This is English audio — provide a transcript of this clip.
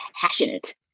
passionate